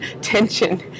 tension